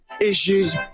issues